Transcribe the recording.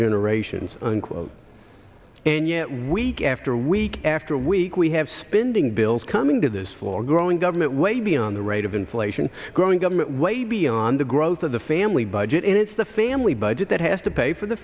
generations unquote and yet week after week after week we have spending bills coming to this law growing government way beyond the rate of inflation growing government way beyond the growth of the family budget and it's the family budget that has to pay for the